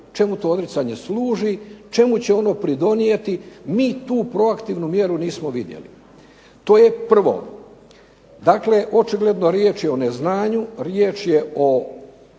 čemu to odricanje služi, čemu će ono pridonijeti. Mi tu proaktivnu mjeru nismo vidjeli. To je prvo. Dakle, očigledno je riječ o neznanju, riječ je o